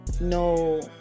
no